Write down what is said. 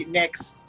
next